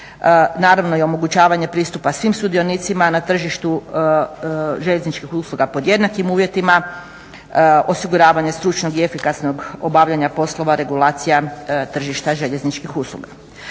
Naravno i omogućavanje pristupa svim sudionicama na tržištu željezničkih uslugama pod jednakim uvjetima, osiguravanja stručnog i efikasnog obavljanja poslova regulacija tržišta željezničkih usluga.